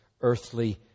earthly